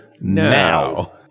now